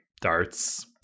darts